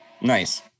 nice